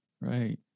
Right